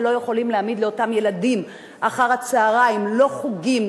כשלא יכולים להעמיד לאותם ילדים אחר-הצהריים לא חוגים,